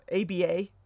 ABA